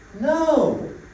No